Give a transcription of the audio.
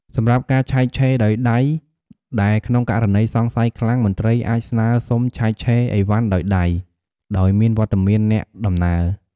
សម្រាប់ការឆែកឆេរដោយដៃដែលក្នុងករណីសង្ស័យខ្លាំង មន្ត្រីអាចស្នើសុំឆែកឆេរឥវ៉ាន់ដោយដៃ ដោយមានវត្តមានអ្នកដំណើរ។